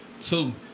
two